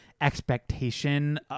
expectation